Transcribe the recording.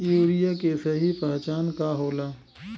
Urea के सही पहचान का होला?